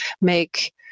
make